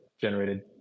generated